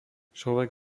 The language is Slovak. človek